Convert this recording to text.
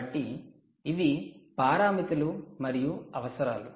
కాబట్టి ఇవి పారామితులు మరియు అవసరాలు